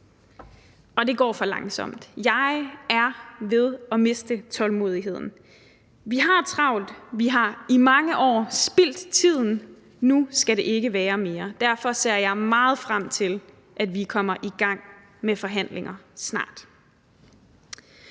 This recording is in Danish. Og det går for langsomt. Jeg er ved at miste tålmodigheden. Vi har travlt. Vi har i mange år spildt tiden – nu skal det ikke være sådan mere. Derfor ser jeg meget frem til, at vi kommer i gang med forhandlinger snart.